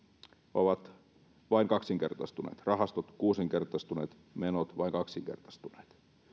ovat vain kaksinkertaistuneet rahastot kuusinkertaistuneet menot vain kaksinkertaistuneet